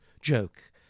joke